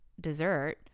dessert